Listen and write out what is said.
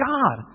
God